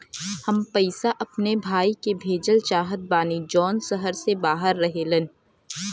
हम पैसा अपने भाई के भेजल चाहत बानी जौन शहर से बाहर रहेलन